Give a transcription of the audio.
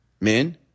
men